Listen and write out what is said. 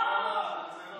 לא, לא, לא.